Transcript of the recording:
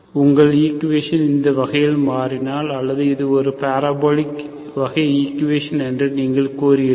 உங்கள் ஈக்குவேஷன் இந்த வகையாக மாறினால் அல்லது அது ஒரு பாரபோலிக் வகை ஈக்குவேஷன் என்று நீங்கள் கூறுகிறீர்கள்